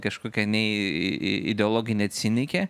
kažkokia nei į ideologinė cinikė